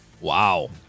Wow